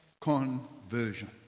conversion